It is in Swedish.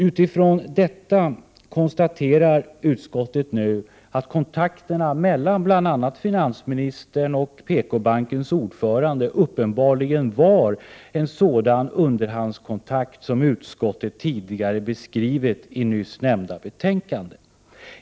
Utifrån detta konstaterar utskottet nu att kontakterna mellan bl.a. finansministern och PKbankens ordförande uppenbarligen var en sådan underhandskontakt som utskottet tidigare beskrivit i nyss nämnda betänkande.